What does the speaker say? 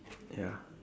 ya